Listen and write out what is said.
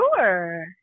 sure